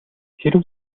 хэрэв